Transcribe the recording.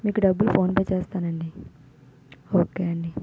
మీకు డబ్బులు ఫోన్పే చేస్తానండి ఓకే అండి